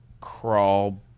crawl